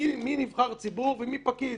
מי נבחר ציבור ומי פקיד?